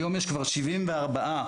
היום יש כבר 74 מרכזים,